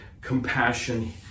compassion